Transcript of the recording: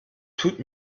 tut